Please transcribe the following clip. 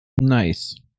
Nice